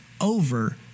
over